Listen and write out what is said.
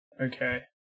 okay